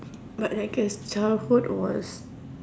but I can still tell who was